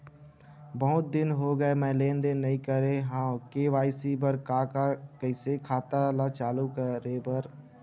बहुत दिन हो गए मैं लेनदेन नई करे हाव के.वाई.सी बर का का कइसे खाता ला चालू करेबर?